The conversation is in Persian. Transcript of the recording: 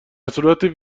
صورت